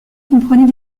comprenaient